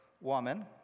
Woman